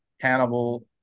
Hannibal